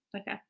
Okay